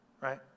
right